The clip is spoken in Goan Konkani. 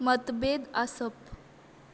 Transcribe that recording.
मतभेद आसप